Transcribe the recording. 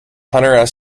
hunter